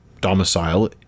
domicile